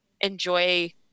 enjoy